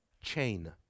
chain